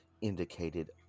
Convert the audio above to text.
indicated